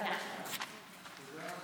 תודה.)